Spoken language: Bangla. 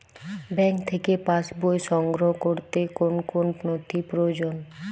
ব্যাঙ্ক থেকে পাস বই সংগ্রহ করতে কোন কোন নথি প্রয়োজন?